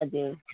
हजुर